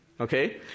Okay